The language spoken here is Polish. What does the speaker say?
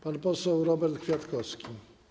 Pan poseł Robert Kwiatkowski.